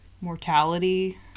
mortality